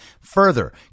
Further